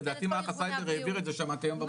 לדעתי מערך הסייבר העביר את זה שמעתי היום בבוקר.